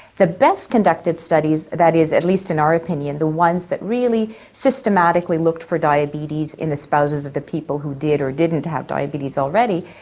the best conducted studies, that is at least in our opinion, the ones that really systematically looked for diabetes in the spouses of the people who did or didn't have diabetes already,